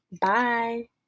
Bye